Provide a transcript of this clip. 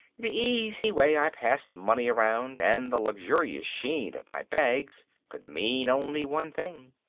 the easy way i passed money around and the luxurious sheen of my bags, could mean only one thing.